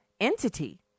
entity